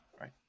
right